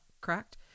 correct